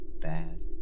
bad